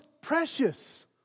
precious